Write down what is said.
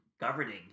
governing